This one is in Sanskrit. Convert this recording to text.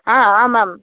आ आमाम्